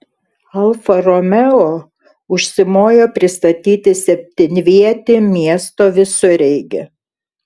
alfa romeo užsimojo pristatyti septynvietį miesto visureigį